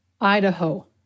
Idaho